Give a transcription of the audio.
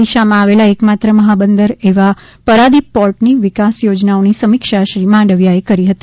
ઓડિશામાં આવેલા એકમાત્ર મહાબંદર એવા પરાદિપ પોર્ટની વિકાસ યોજનાઓની સમીક્ષા શ્રી માંડવીયાએ કરી હતી